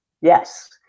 yes